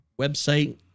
website